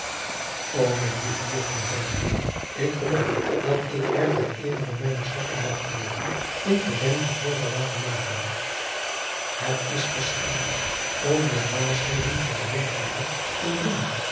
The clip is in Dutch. ô mijn lieve juffrouw zeide hij ik geloof dat ik er ter eere van mijne stad en landgenooten een gordijntje voor zal laten maken het is geschilderd om de dwaasheden van den windhandel in bloemen